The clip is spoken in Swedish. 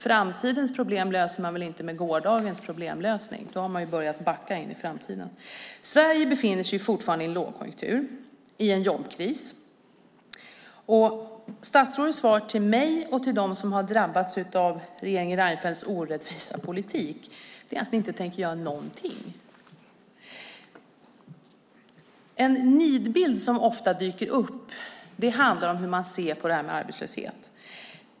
Framtidens problem löser man väl inte med gårdagens problemlösning. Då har man börjat backa in i framtiden. Sverige befinner sig fortfarande i en lågkonjunktur, en jobbkris. Statsrådets svar till mig och till dem som har drabbats av regeringen Reinfeldts orättvisa politik är att ni inte tänker göra någonting. En nidbild som ofta dyker upp handlar om hur man ser på arbetslöshet.